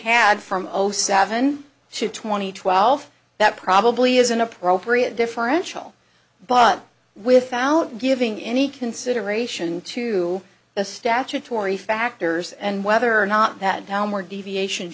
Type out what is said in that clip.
had from zero seven to twenty twelve that probably is an appropriate differential but without giving any consideration to the statutory factors and whether or not that downward deviation